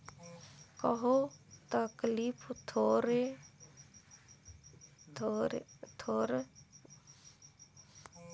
कहो तकलीफ थोर बहुत अहे ओकर ले उबेर जाथे